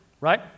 right